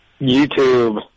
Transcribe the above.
YouTube